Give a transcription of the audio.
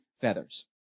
feathers